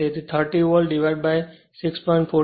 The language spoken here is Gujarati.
તે 30 volt divided by 6